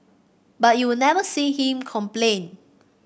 but you will never see him complain